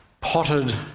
potted